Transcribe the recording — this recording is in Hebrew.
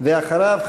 ואחריו,